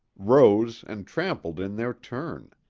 rose and trampled in their turn.